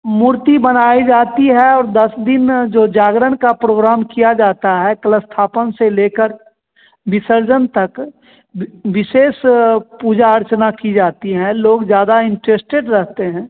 मूर्ति बनाई जाती है और दस दिन जो जागरण का प्रोग्राम किया जाता है कलश स्थापन से लेकर विसर्जन तक विशेष पूजा अर्चना की जाती है लोग ज़्यादा इंट्रेस्टेड रहते हैं